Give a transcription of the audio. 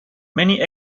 many